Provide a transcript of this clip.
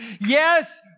Yes